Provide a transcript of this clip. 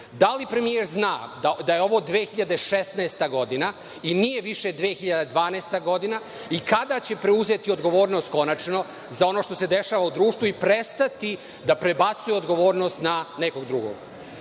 Da li premijer zna da je ovo 2016. godina i nije više 2012. godina i kada će preuzeti odgovornost, konačno za ono što se dešava u društvu i prestati da prebacuje odgovornost na nekog drugog? Zatim,